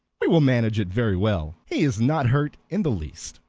we will manage it very well. he is not hurt in the least.